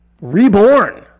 reborn